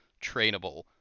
trainable